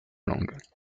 langues